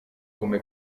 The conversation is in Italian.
come